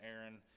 Aaron